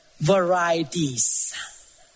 varieties